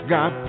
God